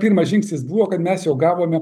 pirmas žingsnis buvo kad mes jau gavome